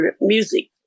music